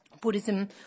Buddhism